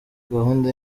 gahunda